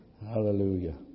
Hallelujah